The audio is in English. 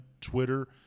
Twitter